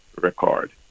record